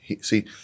see